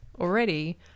already